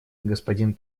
господин